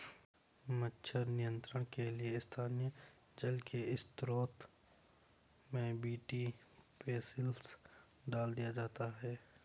मच्छर नियंत्रण के लिए स्थानीय जल के स्त्रोतों में बी.टी बेसिलस डाल दिया जाता है